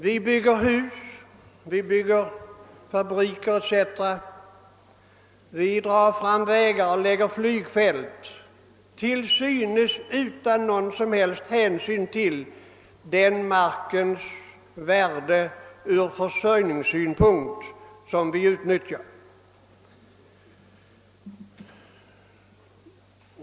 Vi bygger hus och fabriker, vi drar fram vägar och lägger flygfält till synes utan någon som helst hänsyn till värdet ur försörjningssynpunkt av den mark som vi utnyttjar.